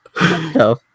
No